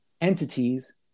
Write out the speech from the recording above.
entities